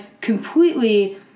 completely